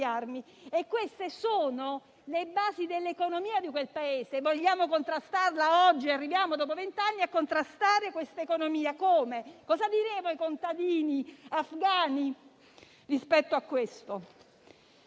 armi, e queste sono le basi dell'economia di quel Paese. Vogliamo contrastarla oggi? Arriviamo dopo vent'anni e contrastare questa economia. Come? Cosa diremo ai contadini afghani rispetto a questo?